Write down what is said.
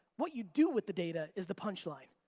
what you do with the data is the punchline.